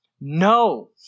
No